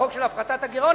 החוק של הפחתת הגירעון,